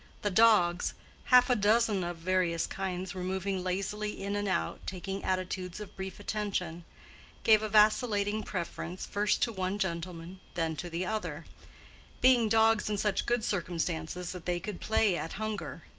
the dogs half-a-dozen of various kinds were moving lazily in and out, taking attitudes of brief attention gave a vacillating preference first to one gentleman, then to the other being dogs in such good circumstances that they could play at hunger,